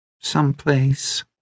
Someplace